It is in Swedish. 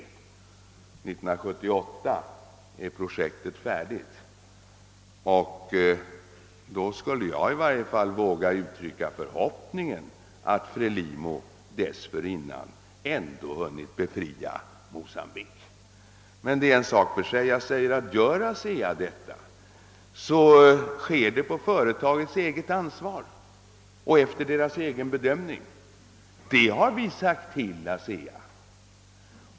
1978 skall projektet vara färdigt, och jag skulle vilja uttrycka förhoppningen att Frelimo <:dessförinnan «hunnit = befria Mocambique. Men det är en sak för sig. Jag upprepar att om ASEA gör detta, så sker det på företagets eget ansvar och efter dess egen bedömning. Det har vi meddelat ASEA.